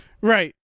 Right